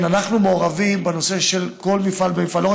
אנחנו מעורבים בנושא של כל מפעל ומפעל,